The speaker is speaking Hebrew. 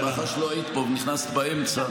מאחר שלא היית פה ונכנסת באמצע,